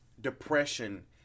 depression